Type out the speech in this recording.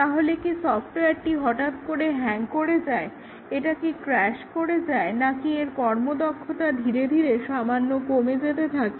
তাহলে কি সফটওয়্যারটি হঠাৎ করে হ্যাং করে যায় এটা কি ক্রাশ করে নাকি এর কর্মক্ষমতা ধীরে ধীরে সামান্য কমে যেতে থাকে